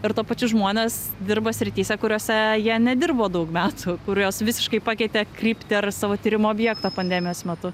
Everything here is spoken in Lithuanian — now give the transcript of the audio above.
ir tuo pačiu žmonės dirba srityse kuriose jie nedirbo daug metų kurios visiškai pakeitė kryptį ar savo tyrimo objektą pandemijos metu